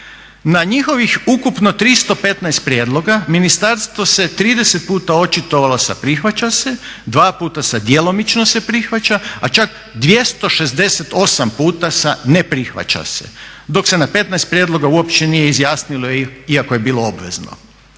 Na njihovih ukupno 315 prijedloga ministarstvo se 30 puta očitovalo sa prihvaća se, 2 puta sa djelomično se prihvaća a čak 268 puta sa neprihvaća se. Dok se na 15 prijedloga uopće nije izjasnilo iako je bilo obvezno.